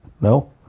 No